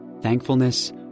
thankfulness